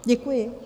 Děkuji.